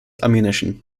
ammunition